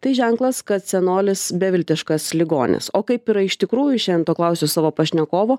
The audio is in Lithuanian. tai ženklas kad senolis beviltiškas ligonis o kaip yra iš tikrųjų šiandien to klausiu savo pašnekovo